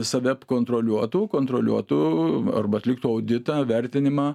save kontroliuotų kontroliuotų arba atliktų auditą vertinimą